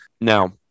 Now